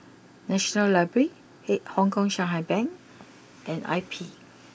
National library Hong Kong Shanghai Bank and I P